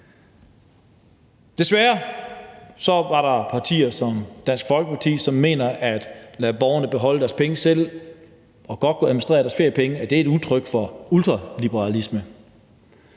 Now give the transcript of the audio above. Desværre er der partier som Dansk Folkeparti, som mener, at det at lade borgerne beholde deres penge, fordi de godt kan administrere deres feriepenge, er udtryk for ultraliberalisme.